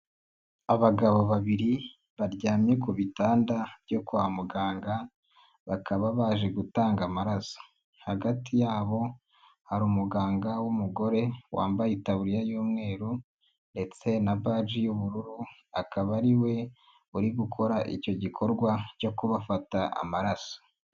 Abagabo babiri baryamye ku bitanda byo kwa muganga bakaba baje gutanga amaraso, hagati yabo hari umuganga w'umugore wambaye itabuririya y'umweru ndetse na baji y'ubururu akaba ariwe uri gukora icyo gikorwa cyo kubafata amaraso.